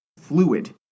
fluid